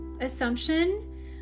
assumption